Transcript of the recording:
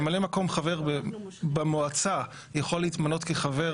ממלא מקום חבר במועצה יכול להתמנות כחבר?